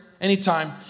anytime